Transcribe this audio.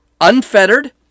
unfettered